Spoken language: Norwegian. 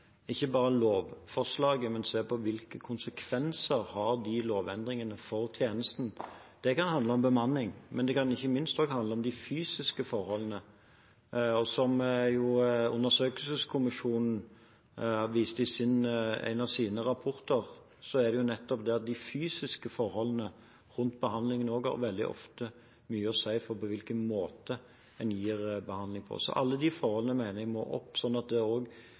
ikke bare lovforslaget, men se på hvilke konsekvenser lovendringene har for tjenesten. Det kan handle om bemanning, men det kan ikke minst også handle om de fysiske forholdene. Som jo undersøkelseskommisjonen viste i en av sine rapporter, har nettopp de fysiske forholdene rundt behandlingen også veldig ofte mye å si for hvilken måte en gir behandling på. Alle de forholdene mener jeg må opp, sånn at